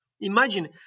Imagine